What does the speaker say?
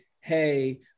hey